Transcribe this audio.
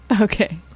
Okay